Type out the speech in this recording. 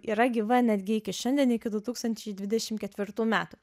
yra gyva netgi iki šiandien iki du tūkstančiai dvidešimt ketvirtų metų